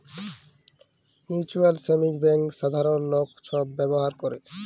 mutual savings bank সাধারল লক ছব ব্যাভার ক্যরে